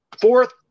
fourth